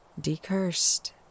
Decursed